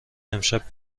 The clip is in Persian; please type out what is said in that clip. امشب